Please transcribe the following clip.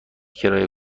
کرایه